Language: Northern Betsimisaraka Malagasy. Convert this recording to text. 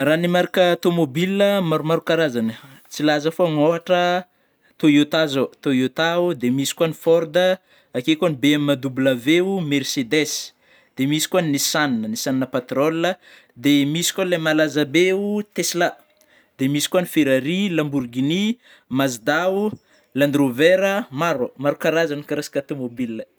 Raha ny marika tômobily maromaro karazagna, tsy ilaza fa ôhatra Toyota zao ,Toyota oh dia misy koa ny Forda, akeo koa ny BMW oh, Mersedes, dia misy koa ny Nissan, Nissan patrola ,dia misy koa lay malaza beo Tesla dia misy koa ny Ferari, Lamborginy ,Mazda oh, Land Rover, maro, maro karazagna koa resaka tomobilina.